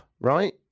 right